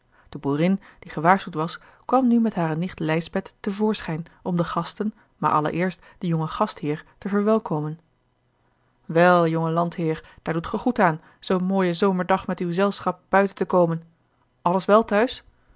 de boerin die gewaarschuwd was kwam nu met hare nicht lijsbeth te voorschijn om de gasten maar allereerst den jongen gastheer te verwelkomen wel jonge landheer daar doet ge goed aan zoo'n mooien zomerdag met uw zelschap buiten te komen alles wel thuis